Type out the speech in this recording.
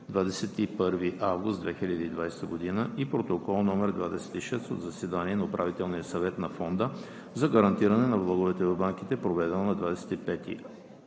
21 август 2020 г., и Протокол № 26 от заседание на Управителния съвет на Фонда за гарантиране на влоговете в банките, проведено на 25